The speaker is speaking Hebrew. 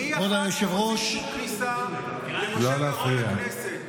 מי אחראי להוציא אישור כניסה למשה מירון לכנסת,